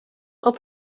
are